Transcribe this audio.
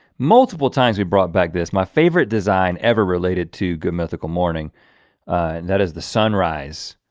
multiple times we brought back this my favorite design ever related to good mythical morning and that is the sunrise.